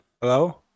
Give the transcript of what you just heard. Hello